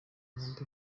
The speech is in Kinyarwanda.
ngo